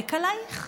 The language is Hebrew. יורק עלייך?